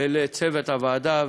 ולצוות הוועדה,